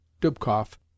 Dubkoff